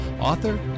author